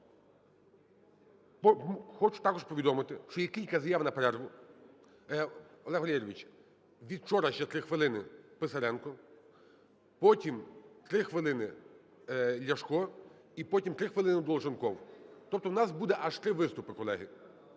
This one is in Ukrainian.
хочу також повідомити, що є кілька заяв на перерву. Олег Валерійович! Від вчора ще 3 хвилини – Писаренко, потім – 3 хвилини Ляшко, і потім – 3 хвилиниДолженков. Тобто у нас буде аж три виступи, колеги.